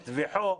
נטבחו,